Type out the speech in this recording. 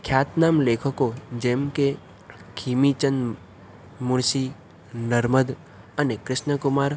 ખ્યાતનામ લેખકો જેમ કે ઘીમીચંદ મુર્શી નર્મદ અને ક્રિશ્નકુમાર